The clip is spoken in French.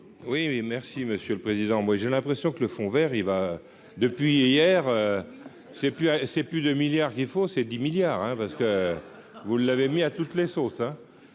oui, merci Monsieur le Président, moi j'ai l'impression que le Fonds Vert il va depuis hier, c'est plus, c'est plus de milliards qu'il faut, c'est 10 milliards, hein, parce que vous l'avez mis à toutes les sauces